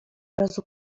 razu